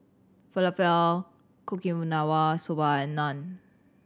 Falafel Okinawa Soba and Naan